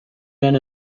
men